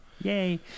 Yay